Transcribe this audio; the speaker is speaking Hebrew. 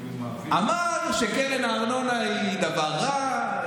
אמר שקרן הארנונה היא דבר רע,